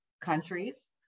countries